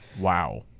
Wow